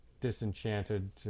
disenchanted